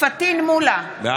פטין מולא,